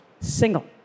single